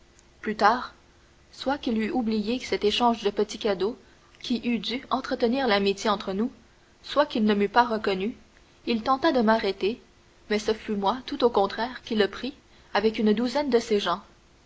plus tard soit qu'il eût oublié cet échange de petits cadeaux qui eût dû entretenir l'amitié entre nous soit qu'il ne m'eût pas reconnu il tenta de m'arrêter mais ce fut moi tout au contraire qui le pris avec une douzaine de ses gens